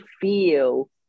feel